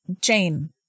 Jane